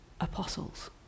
apostles